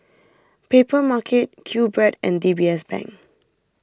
Papermarket Q Bread and D B S Bank